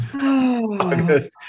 August